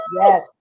yes